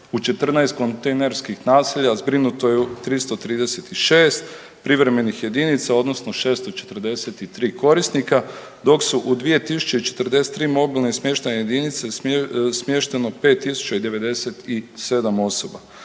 U 14 kontejnerskih naselja zbrinuto je 336 privremenih jedinica odnosno 643 korisnika. Dok su u 2043 mobilne smještajne jedinice smješteno 5097 osoba.